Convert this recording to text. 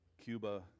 Cuba